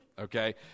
okay